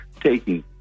taking